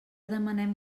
demanem